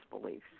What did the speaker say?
beliefs